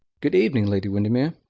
good evening, lady windermere.